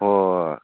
ꯍꯣꯏ ꯍꯣꯏ ꯍꯣꯏ